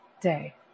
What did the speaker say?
day